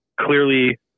clearly